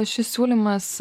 šis siūlymas